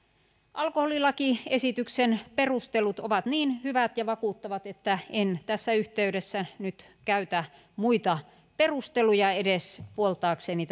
alkoholilakiesityksen perustelut ovat niin hyvät ja vakuuttavat että en tässä yhteydessä nyt käytä muita perusteluja edes puoltaakseni